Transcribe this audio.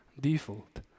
default